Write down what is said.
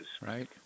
Right